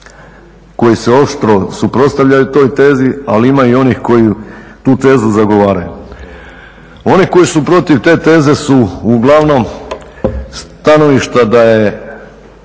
koji se oštro suprotstavljaju toj tezi, ali ima i onih koji tu tezu zagovaraju. Oni koji su protiv te teze su uglavnom stanovišta da je